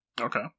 Okay